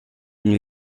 new